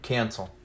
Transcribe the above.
Cancel